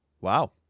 Wow